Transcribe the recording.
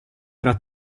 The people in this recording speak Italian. era